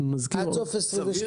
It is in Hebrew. אנחנו נזכיר --- עד סוף 22,